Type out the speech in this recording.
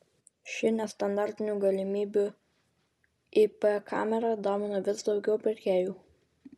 šį nestandartinių galimybių ip kamera domina vis daugiau pirkėjų